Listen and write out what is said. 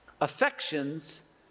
affections